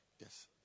Yes